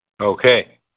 Okay